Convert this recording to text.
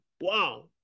Wow